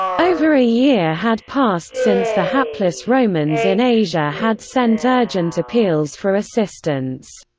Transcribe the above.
over a year had passed since the hapless romans in asia had sent urgent appeals for assistance.